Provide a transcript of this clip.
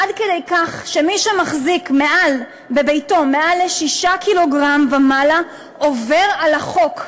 עד כדי כך שמי שמחזיק בביתו מעל ל-6 קילוגרם עובר על החוק.